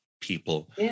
people